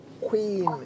queen